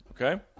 okay